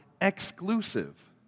exclusive